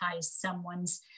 someone's